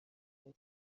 است